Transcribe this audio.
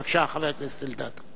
בבקשה, חבר הכנסת אלדד.